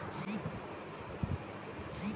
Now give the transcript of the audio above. पटरा बल्ली से घर छावे के काम कइल जाला